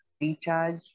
recharge